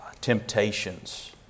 temptations